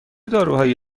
داروهایی